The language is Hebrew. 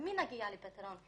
עם מי נגיע לפתרון?